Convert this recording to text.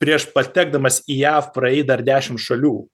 prieš patekdamas į jav praėjai dar dešimt šalių